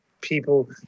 people